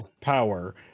power